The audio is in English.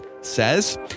says